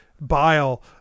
bile